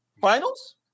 finals